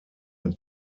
mit